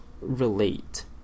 relate